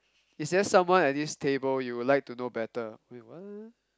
is there someone at this table you would like to know better wait what